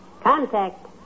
Contact